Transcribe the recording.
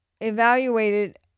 evaluated